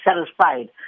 satisfied